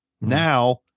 Now